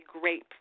great